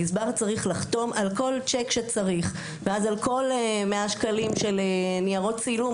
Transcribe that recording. הגזבר צריך לחותם על כל שיק על כל 100 השקלים של ניירות צילום,